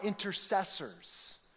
intercessors